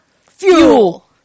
fuel